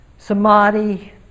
samadhi